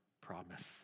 promise